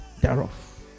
thereof